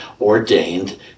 ordained